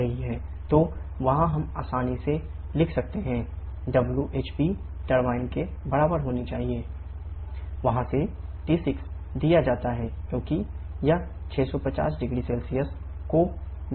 तो वहाँ हम आसानी से लिख सकते हैं WHP टरबाइन के बराबर होना चाहिए 𝑊𝐻𝑃 𝑐𝑝𝑔 वहां से T6 दिया जाता है क्योंकि यह 650 0C को दिया जाता है